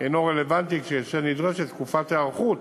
כלל אינו רלוונטי, שכן נדרשת תקופת היערכות